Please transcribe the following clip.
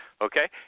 okay